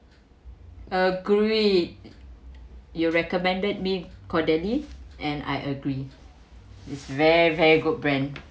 agree you recommended me Caudalie and I agree it's very very good brand